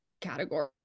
category